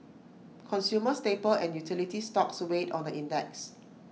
consumer staple and utility stocks weighed on the index